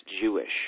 Jewish